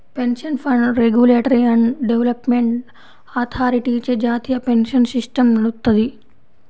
pension fund regulatory and development అథారిటీచే జాతీయ pension system నడుత్తది